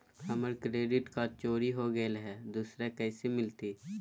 हमर credit card चोरी हो गेलय हई, दुसर कैसे मिलतई?